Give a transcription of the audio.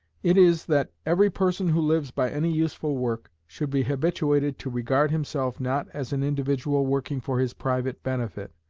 it is, that every person who lives by any useful work, should be habituated to regard himself not as an individual working for his private benefit,